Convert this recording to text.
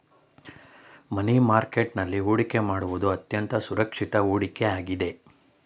ಮನಿ market ನಲ್ಲಿ ಹೊಡಿಕೆ ಮಾಡುವುದು ಅತ್ಯಂತ ಸುರಕ್ಷಿತ ಹೂಡಿಕೆ ಆಗಿದೆ